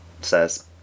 says